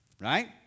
right